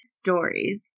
stories